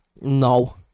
No